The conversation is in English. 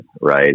right